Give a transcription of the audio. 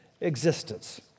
existence